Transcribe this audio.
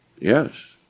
Yes